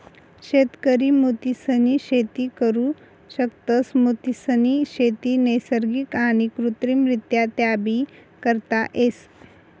शेतकरी मोतीसनी शेती करु शकतस, मोतीसनी शेती नैसर्गिक आणि कृत्रिमरीत्याबी करता येस